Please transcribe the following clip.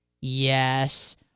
Yes